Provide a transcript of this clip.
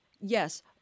yes